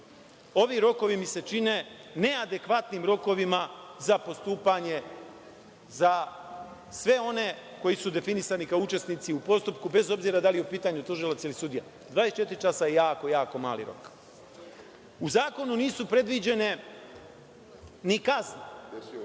Ovi rokovi mi se čine neadekvatnim rokovima za postupanje za sve one koji su definisani kao učesnici u postupku, bez obzira da li je u pitanju tužilac ili sudija. Dvadeset četiri časa je jako, jako mali rok.U zakonu nisu predviđene ni kazne